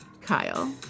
Kyle